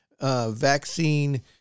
vaccine